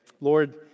Lord